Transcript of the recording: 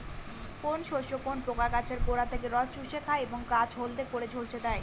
কোন শস্যে কোন পোকা গাছের গোড়া থেকে রস চুষে খায় এবং গাছ হলদে করে ঝলসে দেয়?